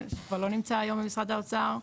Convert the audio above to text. הוא כבר לא נמצא היום במשרד האוצר,